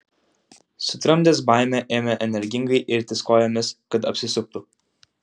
sutramdęs baimę ėmė energingai irtis kojomis kad apsisuktų